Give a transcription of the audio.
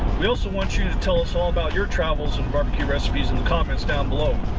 we also want you to tell us all about your travels and barbecue recipes in the comments down below.